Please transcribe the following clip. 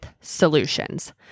solutions